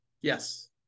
Yes